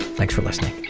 thanks for listening